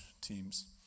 teams